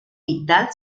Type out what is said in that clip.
vital